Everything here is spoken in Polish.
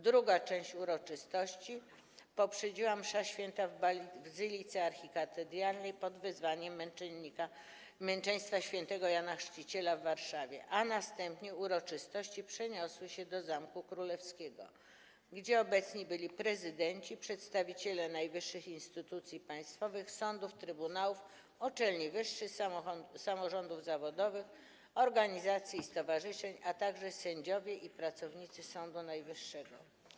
Drugą część uroczystości poprzedziła Msza Święta w Bazylice Archikatedralnej pod wezwaniem Męczeństwa św. Jana Chrzciciela w Warszawie, a następnie uroczystości przeniosły się do Zamku Królewskiego, gdzie obecni byli prezydenci, przedstawiciele najwyższych instytucji państwowych, sądów, trybunałów, uczelni wyższych, samorządów zawodowych, organizacji i stowarzyszeń, a także sędziowie i pracownicy Sądu Najwyższego.